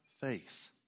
faith